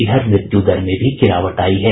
इधर मृत्यु दर में भी गिरावट आयी है